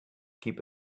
keep